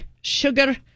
sugar